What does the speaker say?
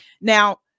Now